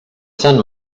sant